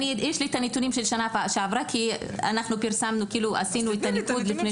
יש לי הנתונים של שנה שעברה כי עשינו את הניתוח לפני שנה.